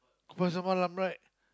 Pasar-Malam right